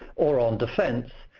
or on defense,